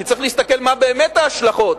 כי צריך להסתכל מהן באמת ההשלכות,